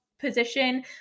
position